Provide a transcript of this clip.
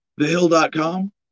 Thehill.com